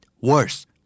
worse